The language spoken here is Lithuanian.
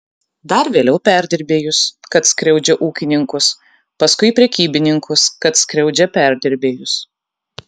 dar vėliau perdirbėjus kad skriaudžia ūkininkus paskui prekybininkus kad skriaudžia perdirbėjus